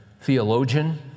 theologian